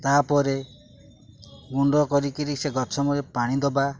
ତାପରେ ଗୁଣ୍ଡ କରିକିରି ସେ ଗଛ ମୂଳରେ ପାଣି ଦେବା